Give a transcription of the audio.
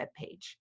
webpage